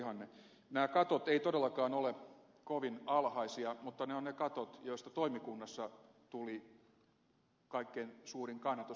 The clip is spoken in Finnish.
nämä katot eivät todellakaan ole kovin alhaisia mutta ne ovat ne katot joille toimikunnassa tuli kaikkein suurin kannatus